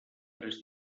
tres